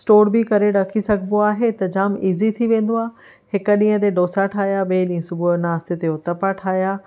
store बि करे रखी सघिबो आहे त जाम इज़ी थी वेंदो आहे हिकु ॾींहं ते ढोसा ठाहियां ॿिए ॾींहुं सुबुहु नाश्ते ते उत्तपम ठाहियां